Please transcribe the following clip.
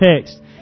text